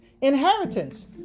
Inheritance